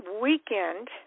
weekend